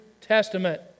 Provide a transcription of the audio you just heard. Testament